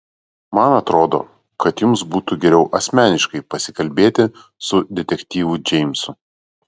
man atrodo kad jums būtų geriau asmeniškai pasikalbėti su detektyvu džeimsu